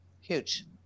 huge